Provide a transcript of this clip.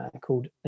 called